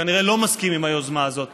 שכנראה לא מסכים ליוזמה הזאת,